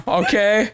okay